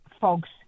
folks